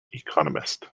economist